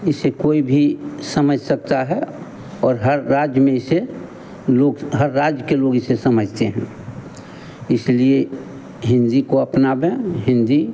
इसे कोई भी समझ सकता है और हर राज्य में इसे लोग हर राज्य के लोग इसे समझते हैं इसलिए हिन्दी को अपनाएं हिन्दी